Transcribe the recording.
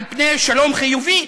על פני שלום חיובי,